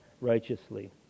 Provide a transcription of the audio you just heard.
righteously